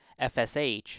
FSH